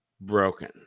broken